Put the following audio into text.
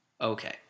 Okay